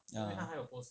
ah